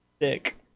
Dick